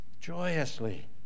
joyously